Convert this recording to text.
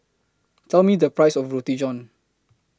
Tell Me The Price of Roti John